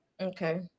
Okay